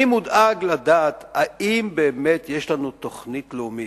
אני מודאג לדעת האם באמת יש לנו תוכנית לאומית,